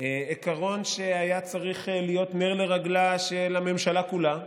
עיקרון שהיה צריך להיות נר לרגלה של הממשלה כולה,